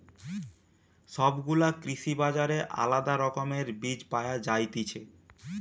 সব গুলা কৃষি বাজারে আলদা রকমের বীজ পায়া যায়তিছে